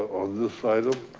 on this side, ah